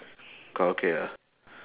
karaoke ah